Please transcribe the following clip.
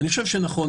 אני חושב שנכון,